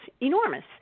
enormous